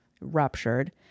ruptured